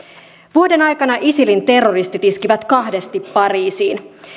vuoden aikana isilin terroristit iskivät kahdesti pariisiin